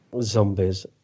Zombies